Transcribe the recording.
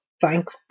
Thanks